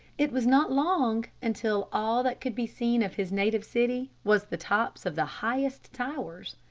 it was not long until all that could be seen of his native city was the tops of the highest towers.